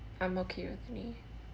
I'm okay with any